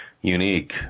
unique